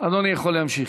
אדוני יכול להמשיך.